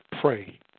pray